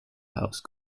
house